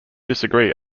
disagree